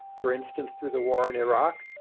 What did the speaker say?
for instance, through the war in iraq,